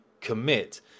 commit